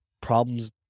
problems